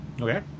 Okay